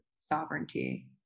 sovereignty